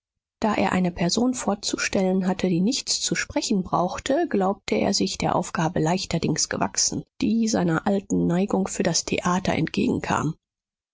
da er eine person vorzustellen hatte die nichts zu sprechen brauchte glaubte er sich der aufgabe leichterdings gewachsen die seiner alten neigung für das theater entgegenkam